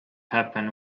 happen